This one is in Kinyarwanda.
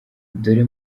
dore